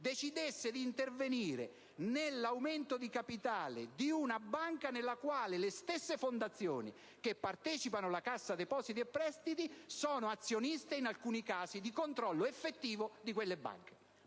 decidesse di intervenire nell'aumento di capitale di una banca nella quale le stesse fondazioni che partecipano alla Cassa depositi e prestiti sono azioniste di controllo effettivo. Saremmo davvero